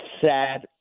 sad